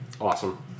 Awesome